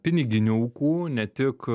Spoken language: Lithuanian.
piniginių aukų ne tik